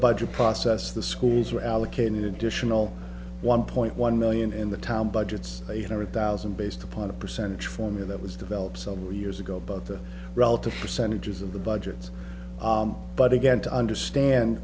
budget process the schools are allocated additional one point one million in the town budgets in every thousand based upon a percentage for me that was developed several years ago but the relative percentages of the budgets but again to understand